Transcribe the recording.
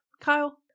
Kyle